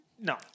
No